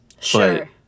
Sure